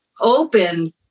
open